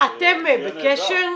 אתם בקשר?